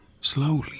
Slowly